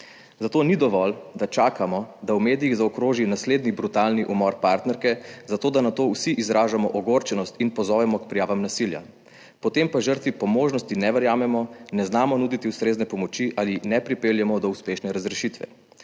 Zato ni dovolj, da čakamo, da v medijih zaokroži naslednji brutalni umor partnerke, zato da nato vsi izražamo ogorčenost in pozovemo k prijavam nasilja, potem pa žrtvi po možnosti ne verjamemo, ne znamo nuditi ustrezne pomoči ali ne pripeljemo do uspešne razrešitve.